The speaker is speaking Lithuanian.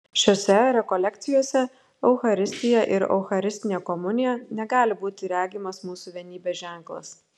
šiose rekolekcijose eucharistija ir eucharistinė komunija negali būti regimas mūsų vienybės ženklas